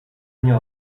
nie